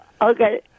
Okay